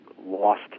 lost